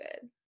good